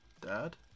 Dad